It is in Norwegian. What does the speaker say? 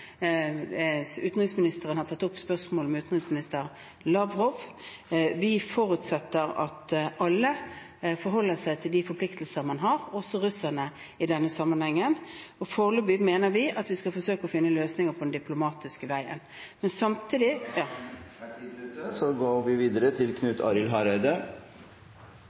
Utenriksministeren har tatt opp spørsmålet med utenriksminister Lavrov. Vi forutsetter at alle forholder seg til de forpliktelser man har, også russerne i denne sammenhengen. Foreløpig mener vi at vi skal forsøke å finne løsninger via den diplomatiske veien. Men samtidig … Da er tiden ute. Knut Arild Hareide – til